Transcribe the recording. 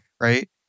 right